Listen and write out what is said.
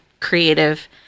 creative